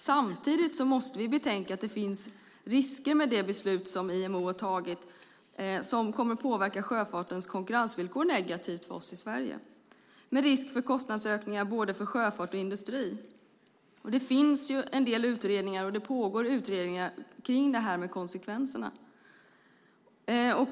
Samtidigt måste vi betänka att det finns risker med det beslut som IMO har tagit och som kommer att påverka sjöfartens konkurrensvillkor negativt också i Sverige, med risk för kostnadsökningar för både sjöfart och industri. Det finns en del utredningar, och det pågår utredningar kring konsekvenserna.